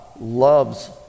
loves